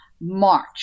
March